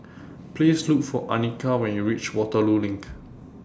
Please Look For Annika when YOU REACH Waterloo LINK